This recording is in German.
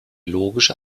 logische